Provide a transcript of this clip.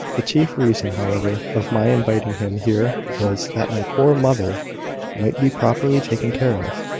the chief reason, however, of my inviting him here was, that my poor mother might be properly taken care of.